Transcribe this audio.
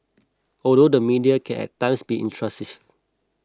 although the media can at times be intrusive